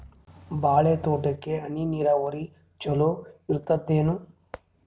ಬಾಳಿ ತೋಟಕ್ಕ ಹನಿ ನೀರಾವರಿ ಚಲೋ ಇರತದೇನು?